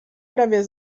prawie